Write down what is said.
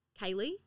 Kaylee